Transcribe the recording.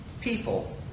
people